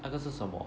那个是什么